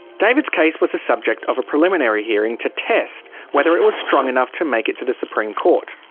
david's case was the subject of a preliminary hearing to test whether it was strong enough to make it to the supreme court.